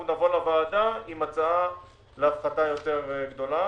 נבוא לוועדה עם הצעה להפחתה גדולה יותר.